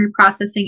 reprocessing